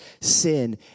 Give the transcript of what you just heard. sin